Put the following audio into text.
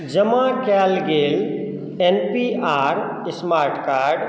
जमा कएल गेल N P R smart card